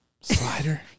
Slider